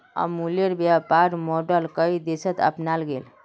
अमूलेर व्यापर मॉडल कई देशत अपनाल गेल छ